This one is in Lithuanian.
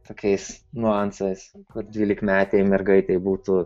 tokiais niuansas kad dvylikmetei mergaitei būtų